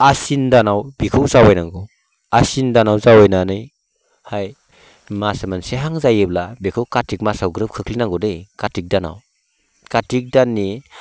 आसिन दानाव बेखौ जावायनांगौ आसिन दानाव जावायनानैहाय मास मोनसेहां जायोब्ला बेखौ कार्तिक मासाव ग्रोब खोख्लैनांगौ दै कार्तिक दानाव कार्तिक दाननि